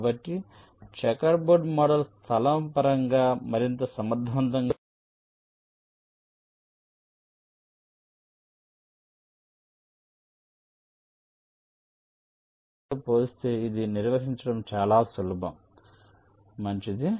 కాబట్టి checker board model స్థలం పరంగా మరింత సమర్థవంతంగా పనిచేస్తుందని మీరు చూడవచ్చు ఈ గ్రాఫ్లోని శీర్షాల సంఖ్య చాలా తక్కువగా ఉంటుంది మరియు గ్రిడ్ గ్రాఫ్ మోడల్తో పోలిస్తే ఇది నిర్వహించడం చాలా సులభం మంచిది